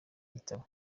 gitabo